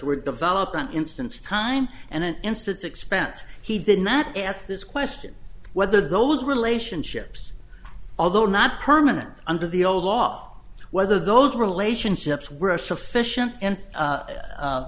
were developed an instance time and an instance expense he did not ask this question whether those relationships although not permanent under the old law whether those relationships were a sufficient